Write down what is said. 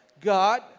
God